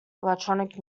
electronic